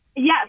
Yes